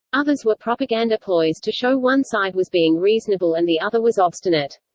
others were propaganda ploys to show one side was being reasonable and the other was obstinate.